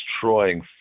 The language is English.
destroying